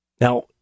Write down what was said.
Now